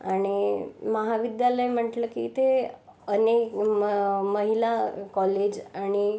आणि महाविद्यालय म्हटलं की ते अनेक म महिला कॉलेज आणि